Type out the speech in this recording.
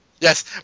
Yes